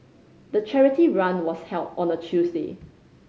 the charity run was held on a Tuesday